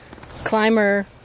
climber